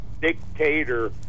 dictator